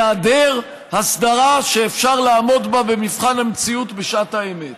בהיעדר הסדרה שאפשר לעמוד בה במבחן המציאות בשעת האמת.